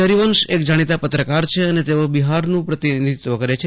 હરિવંશ એક જાણીતા પત્રકાર છે અને તેઓ બિહારનું પ્રતિનિષિત્વ કરે છે